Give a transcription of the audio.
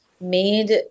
made